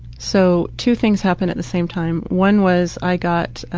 so, two things happened at the same time. one was i got,